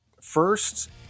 First